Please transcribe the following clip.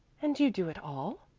and you do it all?